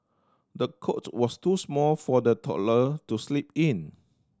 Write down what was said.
the cot was too small for the toddler to sleep in